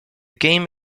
game